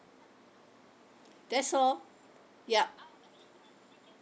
that's all yup